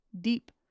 deep